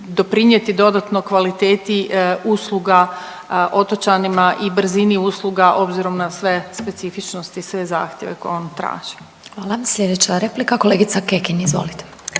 doprinijeti dodatno kvaliteti usluga otočanima i brzini usluga obzirom na sve specifičnosti i sve zahtjeve koje oni traže. **Glasovac, Sabina (SDP)** Slijedeća replika kolegica Kekin, izvolite.